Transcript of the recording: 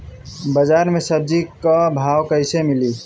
बाजार मे सब्जी क भाव कैसे मिली?